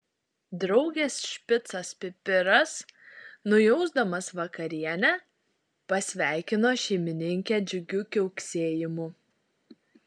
draugės špicas pipiras nujausdamas vakarienę pasveikino šeimininkę džiugiu kiauksėjimu